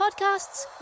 podcasts